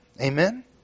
Amen